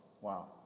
Wow